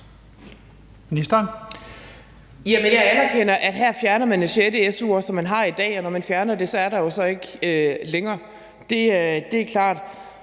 jeg anerkender, at man her fjerner det sjette su-år, som man har i dag. Og når man fjerner det, er det der jo så ikke længere. Det er klart.